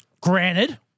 Granted